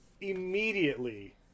immediately